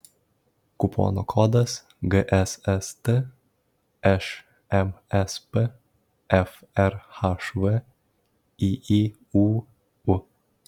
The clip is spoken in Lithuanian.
kupono kodas gsst šmsp frhv yyūu